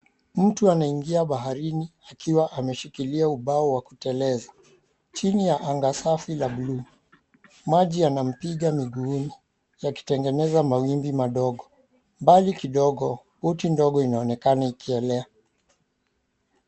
Mtu anaingia baharini akiwa ameshikilia ubao wa kutereza chini ya anga safi ya buluu. Maji yanampiga miguuni yakitengeneza mawimbi madogo. Mbali kidogo, pochi ndogo inaonekana ikielea.